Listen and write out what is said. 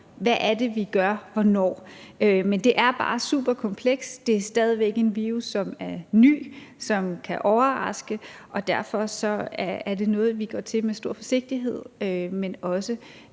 hvad det er, vi gør hvornår. Men det er bare super komplekst. Det er stadig væk en virus, som er ny, og som kan overraske, og derfor er det noget, vi går til med stor forsigtighed, men også